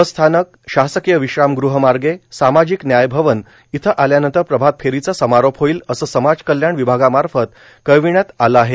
बसस्थानक शासकीय विश्रामगृहमार्गे सामाजिक न्याय भवन इथं आल्यानंतर प्रभात फेरीचा समारोप होईल असे समाज कल्याण विभागामार्फत कळविण्यात आले आहे